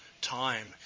time